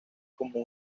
como